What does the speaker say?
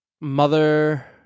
mother